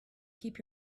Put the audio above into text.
keep